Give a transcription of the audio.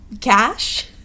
cash